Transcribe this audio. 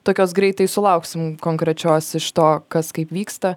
tokios greitai sulauksim konkrečios iš to kas kaip vyksta